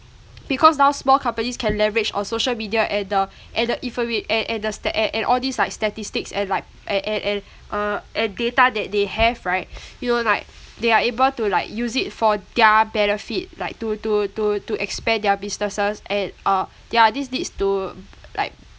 because now small companies can leverage our social media and uh and the informa~ and and the sta~ and and all these like statistics and like and and and uh and data that they have right you know like they are able to like use it for their benefit like to to to to expand their businesses and uh yeah this leads to like